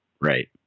Right